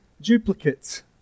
duplicates